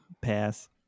Pass